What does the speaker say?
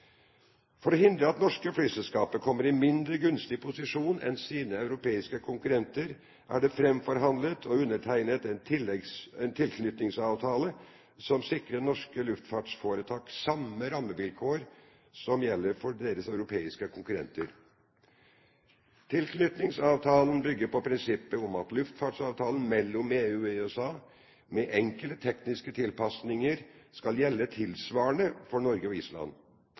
For å hindre at norske flyselskaper kommer i en mindre gunstig posisjon enn sine europeiske konkurrenter er det framforhandlet og undertegnet en tilknytningsavtale som sikrer norske luftfartsforetak samme rammevilkår som de som gjelder for deres europeiske konkurrenter. Tilknytningsavtalen bygger på prinsippet om at luftfartsavtalen mellom EU og USA, med enkelte tekniske tilpasninger, skal gjelde tilsvarende for Norge og Island.